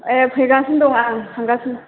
ए फैगासिनो दं आं थांगासिनो